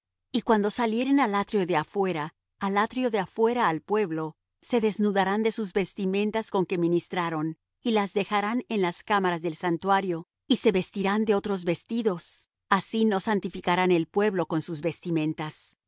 y cuando salieren al atrio de afuera al atrio de afuera al pueblo se desnudarán de sus vestimentas con que ministraron y las dejarán en las cámaras del santuario y se vestirán de otros vestidos así no santificarán el pueblo con sus vestimentas